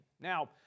Now